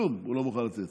כלום הוא לא מוכן לתת.